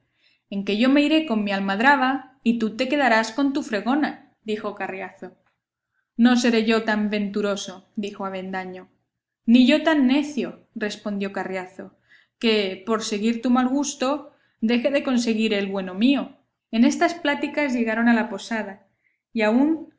en que yo me iré con mi almadraba y tú te quedarás con tu fregona dijo carriazo no seré yo tan venturoso dijo avendaño ni yo tan necio respondió carriazo que por seguir tu mal gusto deje de conseguir el bueno mío en estas pláticas llegaron a la posada y aun